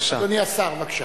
אדוני השר, בבקשה.